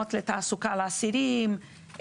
מקומות לתעסוקה לאסירים,